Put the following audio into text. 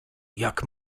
jak